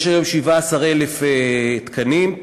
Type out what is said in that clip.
יש היום 17,000 תקנים,